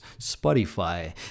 Spotify